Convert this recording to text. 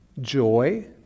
joy